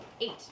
Eight